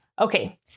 Okay